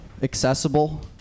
accessible